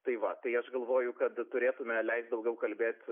tai va tai aš galvoju kad turėtume leist daugiau kalbėt